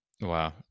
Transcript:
Wow